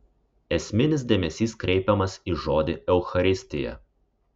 esminis dėmesys kreipiamas į žodį eucharistija